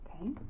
Okay